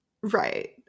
right